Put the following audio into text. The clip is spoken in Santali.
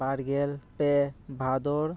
ᱵᱟᱨ ᱜᱮᱞ ᱯᱮ ᱵᱷᱟᱫᱚᱨ